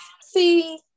See